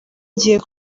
ngiye